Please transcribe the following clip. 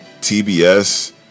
TBS